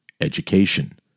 education